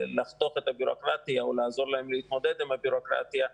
ולחתוך את הביורוקרטיה או לעזור להם להתמודד עם הביורוקרטיה כי,